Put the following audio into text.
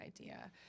idea